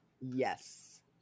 Yes